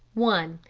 one.